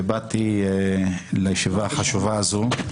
ובאתי לישיבה החשובה הזו.